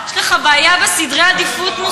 חבר הכנסת דב